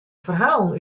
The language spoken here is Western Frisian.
ferhalen